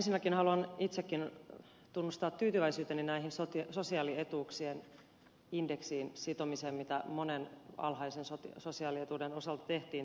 ensinnäkin haluan itsekin tunnustaa tyytyväisyyteni näiden sosiaalietuuksien indeksiin sitomiseen mitä monen alhaisen sosiaalietuuden osalta tehtiin tässä budjetissa